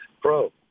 pro